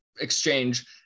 exchange